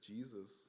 Jesus